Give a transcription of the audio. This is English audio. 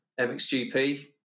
MXGP